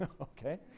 okay